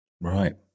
right